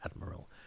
admiral